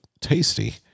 tasty